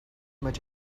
much